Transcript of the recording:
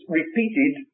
repeated